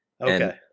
Okay